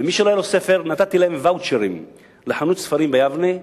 ומי שלא היה לו ספר נתתי להם ואוצ'רים לחנות ספרים ביבנה,